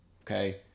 okay